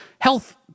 health